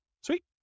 Sweet